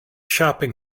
shopping